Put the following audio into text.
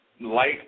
Light